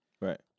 Right